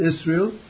Israel